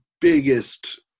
biggest